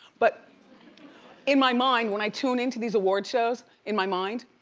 but in my mind, when i tune in to these award shows, in my mind,